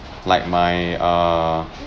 like my err